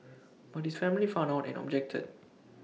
but his family found out and objected